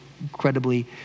incredibly